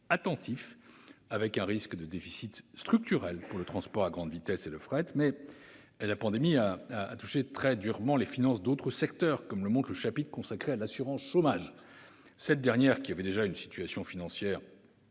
attentif, avec un risque de déficit structurel pour le transport à grande vitesse et le fret. Par ailleurs, la crise née de la pandémie a très durement touché les finances d'autres secteurs, comme le montre le chapitre consacré à l'assurance chômage. Cette dernière, qui avait déjà une situation financière